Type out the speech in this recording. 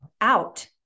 out